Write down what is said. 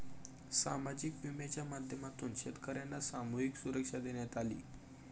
सामाजिक विम्याच्या माध्यमातून शेतकर्यांना सामूहिक सुरक्षा देण्यात आली